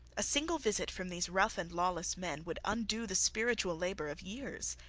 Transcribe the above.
a single visit from these rough and lawless men would undo the spiritual labour of years.